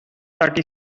thirty